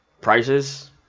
prices